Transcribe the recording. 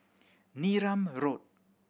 Neram Road